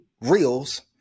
reels